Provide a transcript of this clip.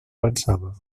avançava